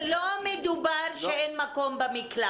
אבל לא מדובר על כך שאין מקום במקלט.